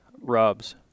rubs